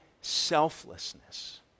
selflessness